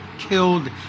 killed